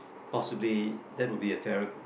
possibly that would be a fairer